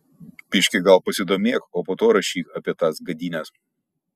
biški gal pasidomėk o po to rašyk apie tas gadynes